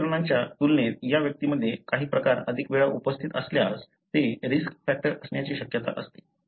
नियंत्रणांच्या तुलनेत या व्यक्तींमध्ये काही प्रकार अधिक वेळा उपस्थित असल्यास ते रिस्क फॅक्टर असण्याची शक्यता असते